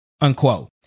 unquote